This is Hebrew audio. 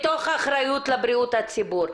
בראש ובראשונה,